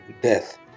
death